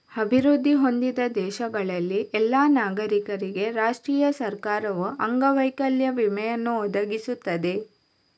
ಅಭಿವೃದ್ಧಿ ಹೊಂದಿದ ದೇಶಗಳಲ್ಲಿ ಎಲ್ಲಾ ನಾಗರಿಕರಿಗೆ ರಾಷ್ಟ್ರೀಯ ಸರ್ಕಾರವು ಅಂಗವೈಕಲ್ಯ ವಿಮೆಯನ್ನು ಒದಗಿಸುತ್ತದೆ